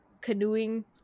canoeing